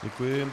Děkuji.